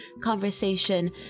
conversation